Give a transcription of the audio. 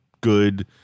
good